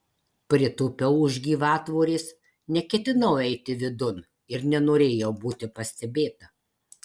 pritūpiau už gyvatvorės neketinau eiti vidun ir nenorėjau būti pastebėta